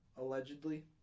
Allegedly